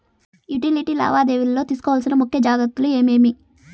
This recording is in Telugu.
యుటిలిటీ లావాదేవీల లో తీసుకోవాల్సిన ముఖ్య జాగ్రత్తలు ఏమేమి?